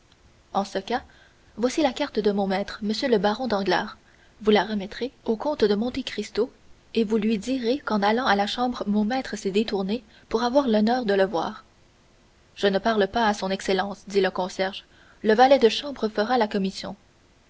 en ce cas voici la carte de mon maître m le baron danglars vous la remettrez au comte de monte cristo et vous lui direz qu'en allant à la chambre mon maître s'est détourné pour avoir l'honneur de le voir je ne parle pas à son excellence dit le concierge le valet de chambre fera la commission